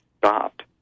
stopped